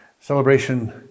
Celebration